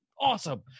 awesome